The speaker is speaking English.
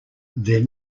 there